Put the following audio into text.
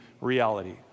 reality